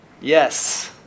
Yes